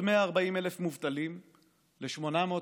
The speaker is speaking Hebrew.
עלאא' נסאר,